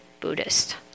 buddhist